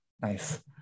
Nice